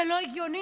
זה לא הגיוני.